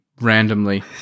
randomly